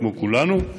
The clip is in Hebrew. כמו כולנו,